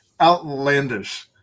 outlandish